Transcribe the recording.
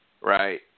right